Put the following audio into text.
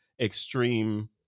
extreme